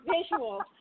visual